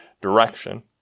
direction